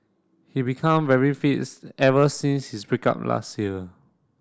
he become very fits ever since his break up last year